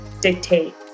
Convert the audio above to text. dictate